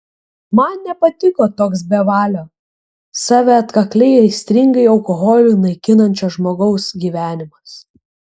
man nepatiko toks bevalio save atkakliai aistringai alkoholiu naikinančio žmogaus gyvenimas